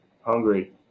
Hungry